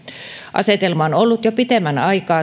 asetelma on ollut jo pitemmän aikaa